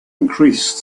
increased